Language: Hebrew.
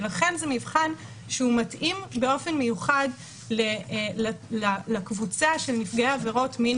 ולכן זה מבחן שהוא מתאים באופן מיוחד לקבוצה של נפגעי עבירות מין